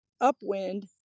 upwind